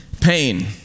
pain